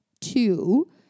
two